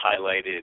highlighted